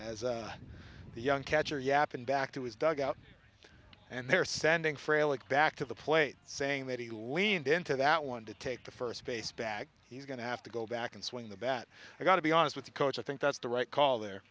as a young catcher yappin back to his dugout and they're standing frail like back to the plate saying that he leaned into that one to take the first base back he's going to have to go back and swing the bat i got to be honest with the coach i think that's the right c